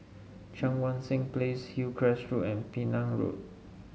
Cheang Wan Seng Place Hillcrest Road and Penang Road